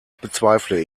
bezweifle